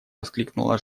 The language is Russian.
воскликнула